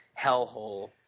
hellhole